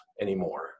anymore